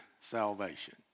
salvation